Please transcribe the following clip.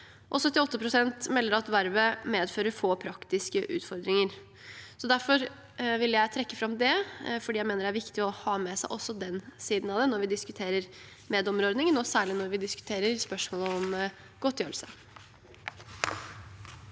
78 pst. melder at vervet medfører få praktiske utfordringer. Jeg vil trekke fram det fordi jeg mener det er viktig å ha med seg også den siden av det når vi diskuterer meddommerordningen, og særlig når vi diskuterer spørsmålet om godtgjørelse.